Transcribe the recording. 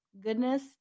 goodness